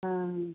ആ ഉം